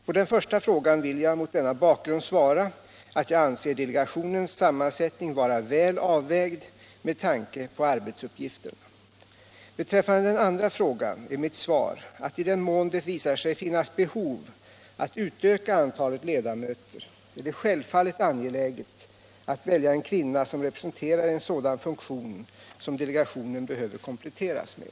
På den första frågan vill jag, mot denna bakgrund, svara att jag anser delegationens sammansättning vara väl avvägd med tanke på arbetsuppgifterna. i Beträffande den andra frågan är mitt svar att i den mån det visar sig finnas behov att utöka antalet ledamöter är det självfallet angeläget att välja en kvinna som representerar en sådan funktion som delegationen behöver kompletteras med.